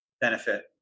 benefit